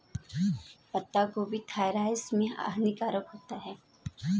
पत्ता गोभी थायराइड में हानिकारक होती है